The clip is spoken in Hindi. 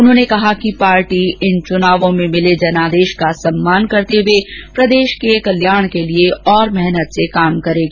उन्होंने कहा कि पार्टी इन चुनावों में मिले जनादेश का सम्मान करते हुए प्रदेश के कल्याण के लिए और मेहनत से काम करेगी